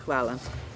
Hvala.